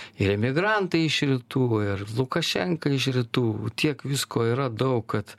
ir emigrantai iš rytų ir lukašenka iš rytų tiek visko yra daug kad